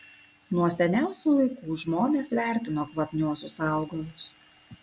nuo seniausių laikų žmonės vertino kvapniuosius augalus